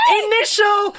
initial